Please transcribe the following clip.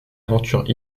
aventure